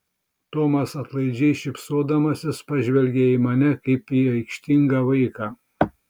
tomas atlaidžiai šypsodamasis pažvelgė į mane kaip į aikštingą vaiką